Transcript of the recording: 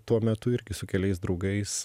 tuo metu irgi su keliais draugais